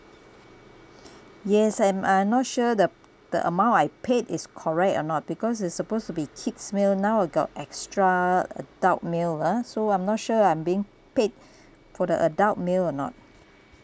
yes and uh not sure the the amount I paid is correct or not because it's supposed to be kids' meal now I got extra adult meal ah so I'm not sure I'm being paid for the adult meal or not